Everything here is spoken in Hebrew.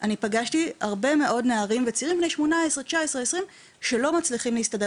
אני פגשתי הרבה מאוד נערים וצעירים בני 18-20 שלא מצליחים להסתדר.